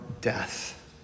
death